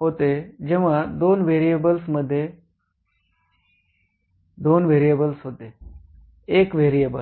होते जेव्हा दोन व्हेरिएबल्स मध्ये दोन व्हेरिएबल्स होते एक व्हेरिएबल